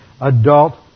adult